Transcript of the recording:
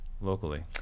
locally